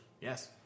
Yes